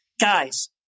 guys